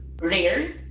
rare